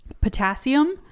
potassium